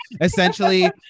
essentially